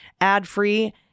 ad-free